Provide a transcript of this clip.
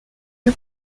vue